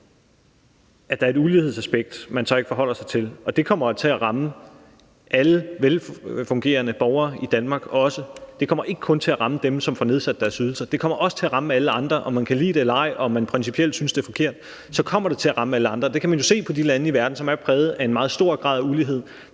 at der er et ulighedsaspekt, man så ikke forholder sig til, og det kommer også til at ramme alle velfungerende borgere i Danmark. Det kommer ikke kun til at ramme dem, som får nedsat deres ydelser. Det kommer også til at ramme alle andre. Om man kan lide det eller ej, og om man principielt synes, det er forkert, så kommer det til at ramme alle andre. Det kan man jo se i de lande i verden, som er præget af en meget stor grad af ulighed.